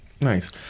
Nice